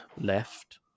left